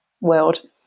world